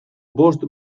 bost